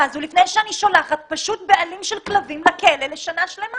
הזאת לפני שאני שולחת פשוט בעלים של כלבים לכלא לשנה שלמה.